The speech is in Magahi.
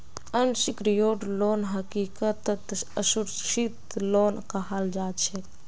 अनसिक्योर्ड लोन हकीकतत असुरक्षित लोन कहाल जाछेक